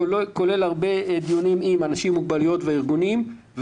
כולל הרבה דיונים עם אנשים עם מוגבלויות וארגונים.